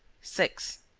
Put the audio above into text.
six.